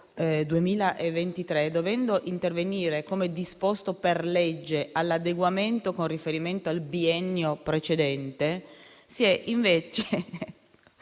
dovendo intervenire, come disposto per legge, all'adeguamento con riferimento al biennio precedente, si è invece